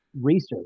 research